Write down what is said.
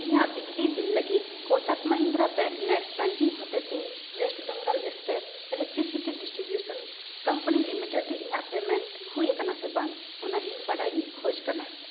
ᱤᱧᱟᱹᱜ ᱵᱤᱡᱽᱞᱤ ᱵᱤᱞ ᱞᱟᱹᱜᱤᱫ Kotak Mahindra Bank net banking ᱦᱚᱛᱮ ᱛᱮ West Bengal State Electricity Distribution Company Limited ᱨᱮ ᱤᱧᱟᱹᱜ ᱯᱮᱹᱢᱮᱹᱱᱴ ᱦᱩᱭ ᱟᱠᱟᱱᱟ ᱥᱮ ᱵᱟᱝ ᱚᱱᱟ ᱤᱧ ᱵᱟᱰᱟᱭᱤᱧ ᱠᱷᱚᱡᱽ ᱠᱟᱱᱟ